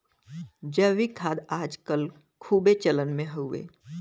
जैविक खाद आज कल खूबे चलन मे हउवे